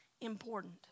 important